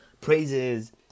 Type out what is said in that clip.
praises